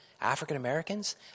African-Americans